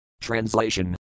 Translation